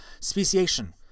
Speciation